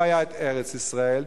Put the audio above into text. לא היתה ארץ-ישראל,